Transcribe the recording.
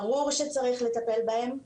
ברור שצריך לטפל בהם.